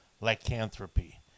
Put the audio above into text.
lycanthropy